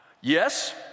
Yes